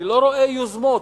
אני לא רואה יוזמות.